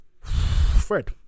Fred